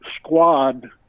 squad